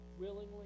willingly